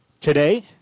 today